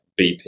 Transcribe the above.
BP